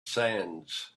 sands